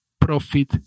profit